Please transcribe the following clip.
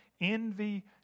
envy